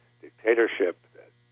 dictatorship